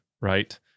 right